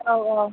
औ औ